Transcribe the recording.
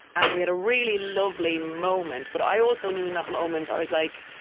and we had a really lovely moment. but i also knew in that moment i was like,